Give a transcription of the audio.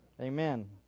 Amen